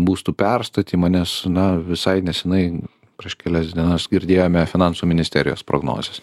būstų perstatymą nes na visai neseniai prieš kelias dienas girdėjome finansų ministerijos prognozes